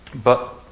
but